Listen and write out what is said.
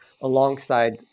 alongside